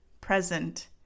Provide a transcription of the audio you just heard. present